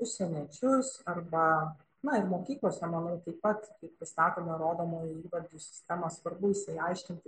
užsieniečius arba na ir mokyklose manau taip pat kai pristatome rodomųjų įvardžių sistemą svarbu išsiaiškinti